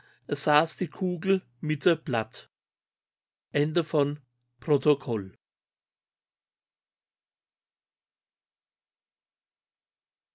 saß die kugel mitte blatt